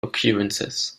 occurrences